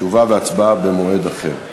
תשובה והצבעה במועד אחר.